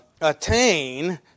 attain